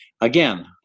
again